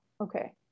Okay